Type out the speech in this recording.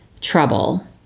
trouble